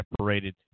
separated